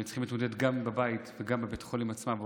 הם צריכים להתמודד גם בבית וגם בבית חולים עצמו,